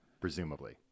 presumably